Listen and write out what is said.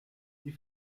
die